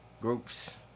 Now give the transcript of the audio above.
Groups